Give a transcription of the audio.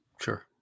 Sure